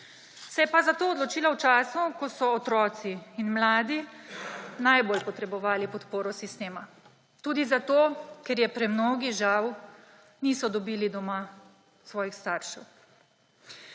Se je pa za to odločila v času, ko so otroci in mladi najbolj potrebovali podporo sistema, tudi zato ker je premnogi žal niso dobili doma od svojih staršev.